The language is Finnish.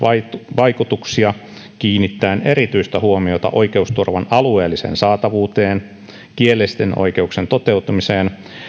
vaikutuksia kiinnittäen erityistä huomiota oikeusturvan alueelliseen saatavuuteen kielellisten oikeuksien toteutumiseen